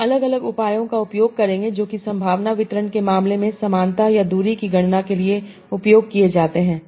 हम अलग अलग उपायों का उपयोग करेंगे जो कि संभावना वितरण के मामले में समानता या दूरी की गणना के लिए उपयोग किए जाते हैं